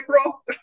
april